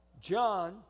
John